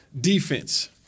defense